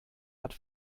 hat